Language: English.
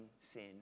sin